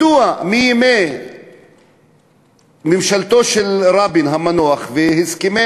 מדוע מימי ממשלתו של רבין המנוח והסכמי